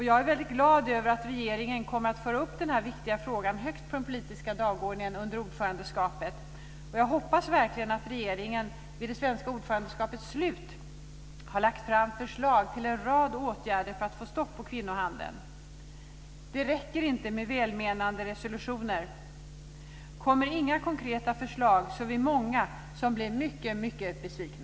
Jag är väldigt glad över att regeringen kommer att föra upp denna viktiga fråga högt på den politiska dagordningen under ordförandeskapet. Jag hoppas verkligen att regeringen vid det svenska ordförandeskapets slut har lagt fram förslag till en rad åtgärder för att få stopp på kvinnohandeln. Det räcker inte med välmenande resolutioner. Kommer inga konkreta förslag är vi många som blir mycket besvikna.